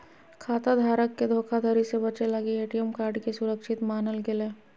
खाता धारक के धोखाधड़ी से बचे लगी ए.टी.एम कार्ड के सुरक्षित मानल गेलय